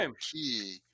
key